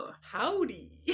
Howdy